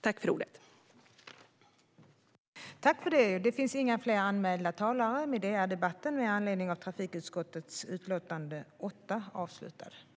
Subsidiaritetsprövning av EU-förslag